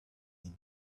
been